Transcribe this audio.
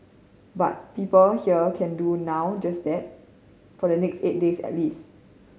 but people here can do now do just that for the next eight days at least